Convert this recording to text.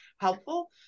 helpful